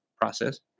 process